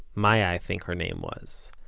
maya i think her name was,